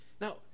Now